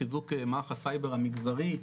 בחיזוק מערך הסייבר המגזרי.